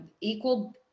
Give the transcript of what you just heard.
equal